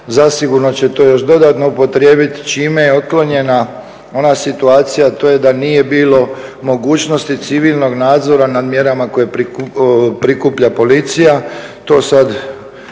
zasigurno će to još dodatno upotrijebiti čime je otklonjena ona situacija, to je da nije bilo mogućnosti civilnog nadzora nad mjerama koje prikuplja policija.